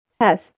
Yes